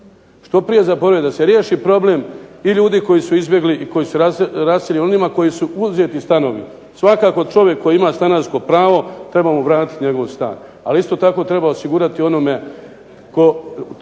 što prije zaborave, da se riješi problem tih ljudi koji su izbjegli i koji su raseljeni, onima kojima su uzeti stanovi. Svakako čovjek koji ima stanarsko pravo treba mu vratiti njegov stan, ali isto tako treba osigurati onome tko